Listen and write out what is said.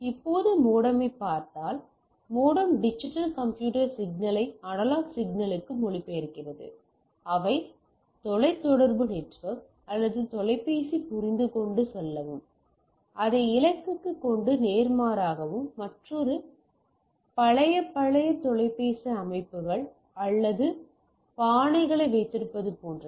இப்போது மோடமைப் பார்த்தால் மோடம் டிஜிட்டல் கம்ப்யூட்டர் சிக்னலை அனலாக் சிக்னலுக்கு மொழிபெயர்க்கிறது அவை தொலைத் தொடர்பு நெட்வொர்க் அல்லது தொலைபேசி புரிந்துகொண்டுசெல்லவும் அதை இலக்குக்கு கொண்டு நேர்மாறாகவும் மற்றும் பழைய பழைய தொலைபேசி அமைப்புகள் அல்லது பானைகளை வைத்திருப்பது போன்றது